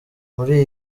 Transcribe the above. muri